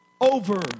over